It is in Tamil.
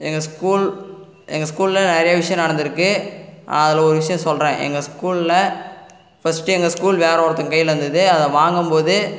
எங்கள் ஸ்கூல் எங்கள் ஸ்கூலில் நிறைய விஷயம் நடந்திருக்கு அதில் ஒரு விஷயம் சொல்கிறேன் எங்கள் ஸ்கூலில் ஃபர்ஸ்ட் எங்கள் ஸ்கூல் வேற ஒருத்தங்க கையில் இருந்தது அதை வாங்கும் போது